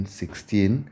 sixteen